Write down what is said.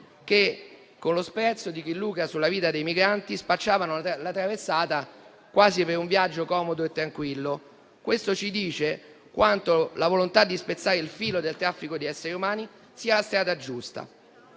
che, con lo sprezzo di chi lucra sulla vita dei migranti, spacciavano la traversata quasi per un viaggio comodo e tranquillo. Questo ci dice quanto la volontà di spezzare il filo del traffico di esseri umani sia la strada giusta.